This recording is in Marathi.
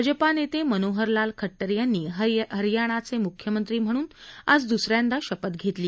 भाजपा नेते मनोहरलाल खट्टर यांनी हरयाणाचे म्ख्यमंत्री म्हणून आज द्सऱ्यांदा शपथ घेतली